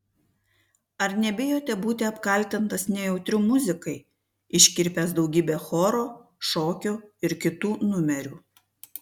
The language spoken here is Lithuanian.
ar nebijote būti apkaltintas nejautriu muzikai iškirpęs daugybę choro šokio ir kitų numerių